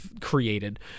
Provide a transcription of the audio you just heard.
created